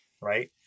right